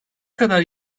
kadar